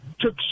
took